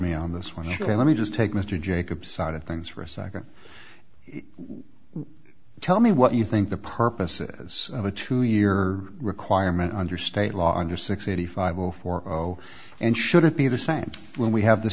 me on this when you're let me just take mr jacobs side of things for a second tell me what you think the purposes of a two year requirement under state law under six thirty five zero four zero and should it be the same when we have the